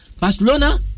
Barcelona